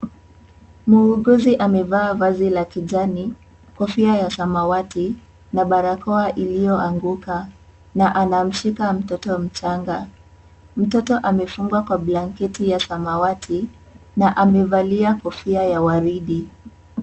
Muuguzi amevaa vazi la kijani, kofia ya samawati na barakoa iliyoanguka na anamshika mtoto mchanga. Mtoto amefungwa kwa blanketi ya samawati na amevalia kofia ya waridi.